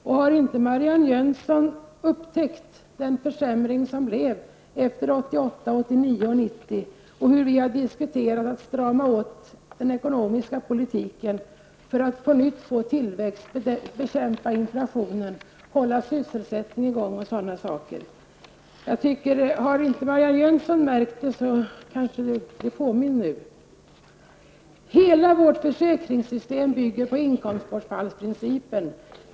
Och har inte Marianne Jönsson upptäckt den försämring som skedde efter 1988, 1989 och 1990 och hur vi har diskuterat åtstramningar av den ekonomiska politiken för att på nytt få tillväxt, bekämpa inflationen, hålla sysselsättningen i gång osv.? Om Marianne Jönsson inte har märkt detta tidigare kanske hon nu blev påmind om det. Hela vårt försäkringssystem bygger på inkomstbortfallsprincipen.